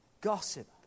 gossip